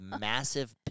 massive